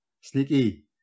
Sneaky